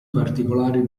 particolari